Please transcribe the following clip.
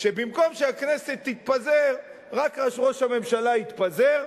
שבמקום שהכנסת תתפזר, רק ראש הממשלה יתפזר,